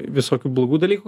visokių blogų dalykų